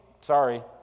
Sorry